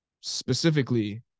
specifically